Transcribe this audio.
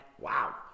wow